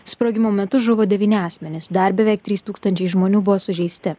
sprogimo metu žuvo devyni asmenys dar beveik trys tūkstančiai žmonių buvo sužeisti